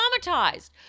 traumatized